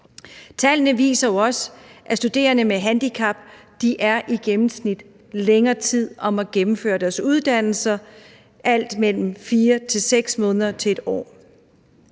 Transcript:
Tallene viser også, at studerende med handicap i gennemsnit er længere tid om at gennemføre deres uddannelse. Det er alt mellem 4-6 måneder til 1 år.